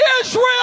Israel